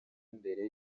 mbere